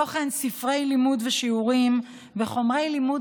תוכן ספרי לימוד ושיעורים וחומרי לימוד